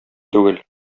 түгел